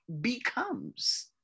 becomes